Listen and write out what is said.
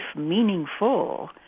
meaningful